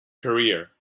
career